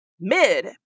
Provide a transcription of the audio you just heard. mid